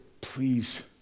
please